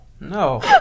No